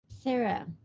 Sarah